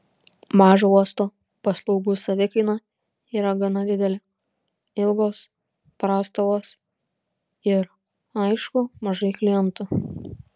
mažo uosto paslaugų savikaina yra gana didelė ilgos prastovos ir aišku mažai klientų